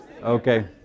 Okay